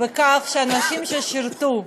בכך שאנשים ששירתו,